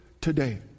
today